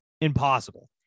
Impossible